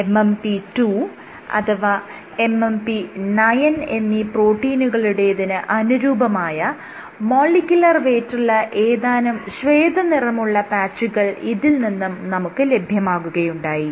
MMP 2 അഥവാ MMP 9 എന്നീ പ്രോട്ടീനുകളുടേതിന് അനുരൂപമായ മോളിക്യുലർ വെയ്റ്റുള്ള ഏതാനും ശ്വേത നിറമുള്ള പാച്ചുകൾ ഇതിൽ നിന്നും നമുക്ക് ലഭ്യമാകുകയുണ്ടായി